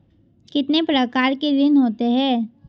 कितने प्रकार के ऋण होते हैं?